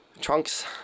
Trunks